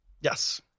Yes